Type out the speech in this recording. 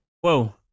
Whoa